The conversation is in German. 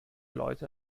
leute